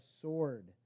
sword